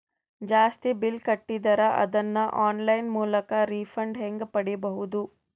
ಜಾಸ್ತಿ ಬಿಲ್ ಕಟ್ಟಿದರ ಅದನ್ನ ಆನ್ಲೈನ್ ಮೂಲಕ ರಿಫಂಡ ಹೆಂಗ್ ಪಡಿಬಹುದು?